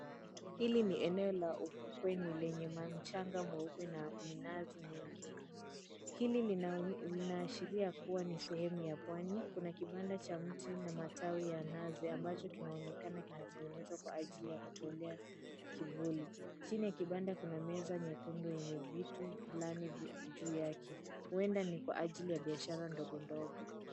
Hili ni eneo la ufukweni lenye mchanga mweupe na minazi mingi. Hili linaashiria kuwa ni sehemu ya pwani, kuna kibanda cha mti na matawi ya nazi ambacho kinaonekana kimetengenezwa kwa ajili ya kutolea kivuli. Chini ya kibanda kuna meza nyekundu yenye vitu fulani juu yake, huenda ni kwa ajili ya biashara ndogondogo.